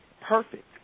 perfect